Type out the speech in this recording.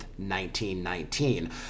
1919